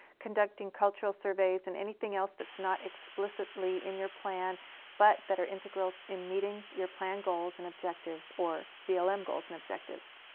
conducting cultural surveys, and anything else that's not explicitly in your plan but that are integral in meeting your plan goals and objectives, or blm um goals and objectives.